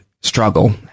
struggle